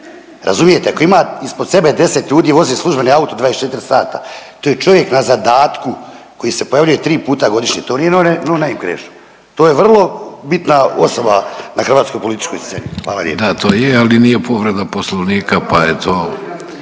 razumijete, koji ima ispod sebe 10 ljudi, vozi službeni auto 24 sata. To je čovjek na zadatku koji se pojavljuje tri puta godišnje, to nije no name Krešo, to je vrlo bitna osoba na hrvatskoj političkoj sceni. **Vidović, Davorko (Socijaldemokrati)** Da to